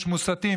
יש מוסתים,